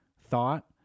thought